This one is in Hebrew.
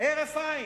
הרף עין,